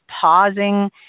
pausing